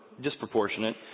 disproportionate